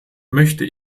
möchte